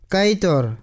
Kaitor